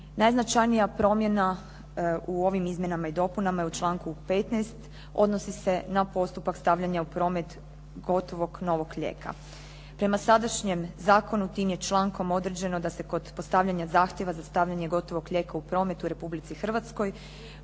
Najznačajnija promjena u ovim Izmjenama i dopunama je u članku 15. odnosi se na postupak stavljanja u promet gotovog novog lijeka. Prema sadašnjem zakonu tim je člankom određeno da se kod postavljanja zahtjeva za stavljanje gotovog lijeka u prometu u Republici Hrvatskoj